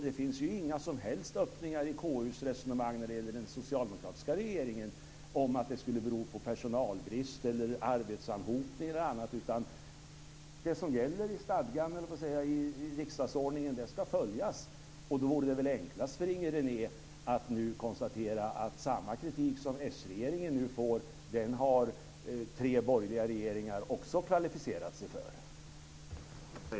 Det finns ju inga som helst öppningar i KU:s resonemang när det gäller den socialdemokratiska regeringen om att det skulle bero på personalbrist, arbetsanhopning eller annat, utan det som gäller i riksdagsordningen ska följas. Då vore det väl enklast för Inger René att nu konstatera att samma kritik som sregeringen nu får har tre borgerliga regeringar kvalificerat sig för.